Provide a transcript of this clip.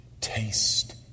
taste